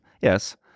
Yes